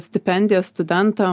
stipendijas studentam